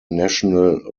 national